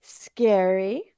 scary